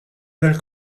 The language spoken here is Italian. del